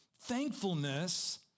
Thankfulness